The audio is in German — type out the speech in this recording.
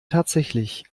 tatsächlich